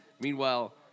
Meanwhile